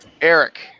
Eric